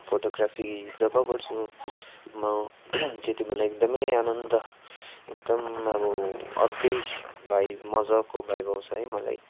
photography जब गर्छु म त्यति बेला एकदमै आनन्दा एकदम अब अर्कै भाइब मजाको भाइब आउँछ है मलाई